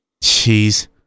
Jeez